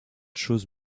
choses